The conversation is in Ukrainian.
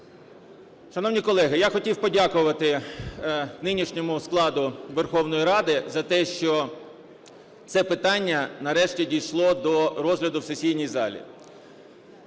Шановні колеги, я хотів подякувати нинішньому складу Верховної Ради за те, що це питання нарешті дійшло до розгляду в сесійній залі.